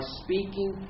speaking